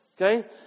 Okay